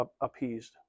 appeased